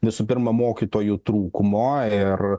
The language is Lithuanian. visų pirma mokytojų trūkumo ir